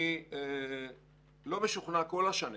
אני לא משוכנע כל השנים